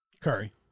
Curry